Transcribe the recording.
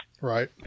right